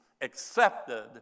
accepted